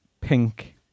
pink